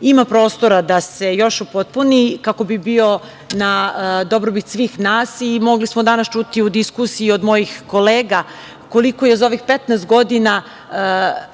ima prostora da se još upotpuni kako bi bio na dobrobit svih nas i mogli smo danas čuti u diskusiji od mojih kolega koliko je za ovih 15 godina došlo i